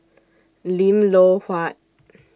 Lim Loh Huat